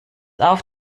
auf